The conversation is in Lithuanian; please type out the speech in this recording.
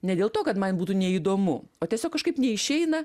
ne dėl to kad man būtų neįdomu o tiesiog kažkaip neišeina